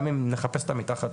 גם אם נחפש אותן מתחת